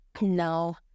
No